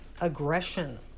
aggression